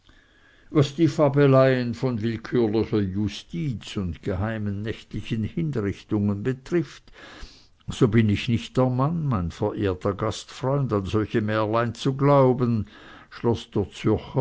was die fabeleien von willkürlicher justiz und geheimen nächtlichen hinrichtungen betrifft so bin ich nicht der mann mein verehrter gastfreund an solche märlein zu glauben schloß der